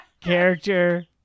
character